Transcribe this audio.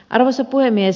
arvoisa puhemies